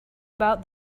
about